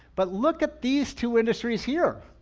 but look at these two industries here.